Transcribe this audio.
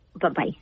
Bye-bye